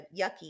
yucky